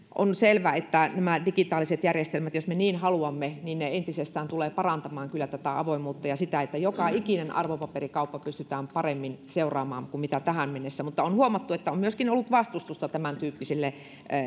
on selvä että nämä digitaaliset järjestelmät jos me niin haluamme entisestään tulevat parantamaan tätä avoimuutta ja sitä että joka ikistä arvopaperikauppaa pystytään paremmin seuraamaan kuin tähän mennessä mutta on huomattu että on myöskin ollut vastustusta tämäntyyppisille